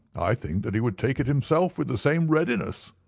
i think that he would take it himself with the same readiness.